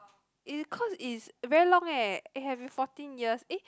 it cause it's very long eh it have been fourteen years eh